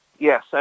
Yes